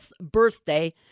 birthday